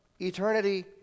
Eternity